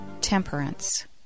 temperance